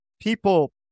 People